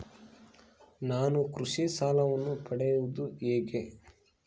ನಾನು ಕೃಷಿ ಸಾಲವನ್ನು ಪಡೆಯೋದು ಹೇಗೆ?